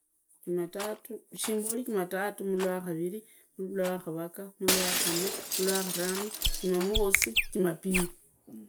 Jumatatu, shimbori, jumatatu, mlwakaviri, mlwakavaga, mlwanne, mlwakarano, jumamosi, jumapili.